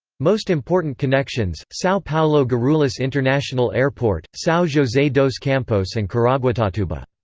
most important connections sao paulo-guarulhos international airport, sao jose dos campos and caraguatatuba.